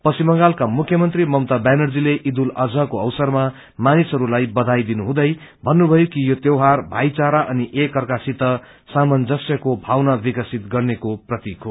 पश्चिम बंगालका मुख्यमन्त्री ममता ब्यानर्जीले ईद उल अजह को अवसरमा मानिसहरूलाई वधाई दिनुहुँदै भन्नुभयो कि यो त्यौहार भाई चारा अनि एक अर्कासित सामंजस्यको भावना विकसीत गर्नेको प्रतिक हो